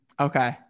Okay